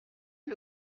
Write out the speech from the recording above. est